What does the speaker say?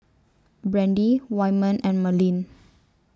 Brandie Wyman and Merlene